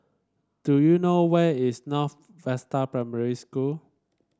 do you know where is North Vista Primary School